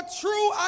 true